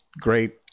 great